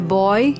boy